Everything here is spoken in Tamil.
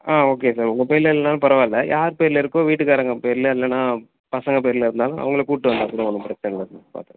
ஆ ஓகே சார் உங்கள் பேரில் இல்லைனாலும் பரவாயில்ல யார் பேரில் இருக்கோ வீட்டுகாரங்க பேரில் இல்லைன்னா பசங்கள் பேரில் இருந்தாலும் அவங்கள கூட்டு வந்தால்க்கூட ஒன்றும் பிரச்சின இல்லை சார் பார்த்துக்கலாம்